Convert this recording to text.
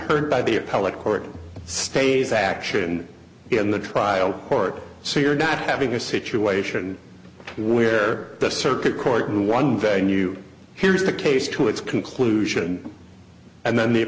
heard by the appellate court stays action in the trial court so you're not having a situation where the circuit court in one venue here's the case to its conclusion and then the